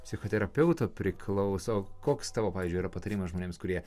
psichoterapeuto priklauso o koks tavo pavyzdžiui patarimas žmonėms kurie